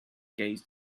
gaze